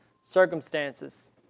circumstances